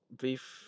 beef